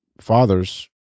fathers